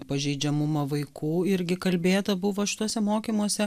pažeidžiamumą vaikų irgi kalbėta buvo šituose mokymuose